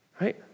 Right